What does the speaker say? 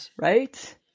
right